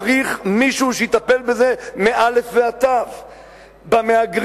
צריך מישהו שיטפל בזה מא' ועד ת' במהגרים,